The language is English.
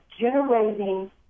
generating